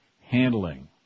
handling